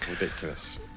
ridiculous